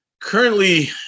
Currently